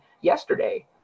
yesterday